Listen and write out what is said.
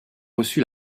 reçu